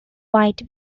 white